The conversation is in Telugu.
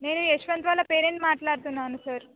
నేను యశ్వంత్ వాళ్ళ పేరెంట్ మాట్లాడుతున్నాను సార్